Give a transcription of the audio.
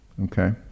okay